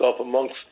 amongst